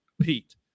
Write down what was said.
Pete